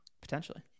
Potentially